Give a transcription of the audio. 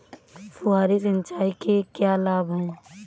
फुहारी सिंचाई के क्या लाभ हैं?